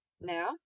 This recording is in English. Now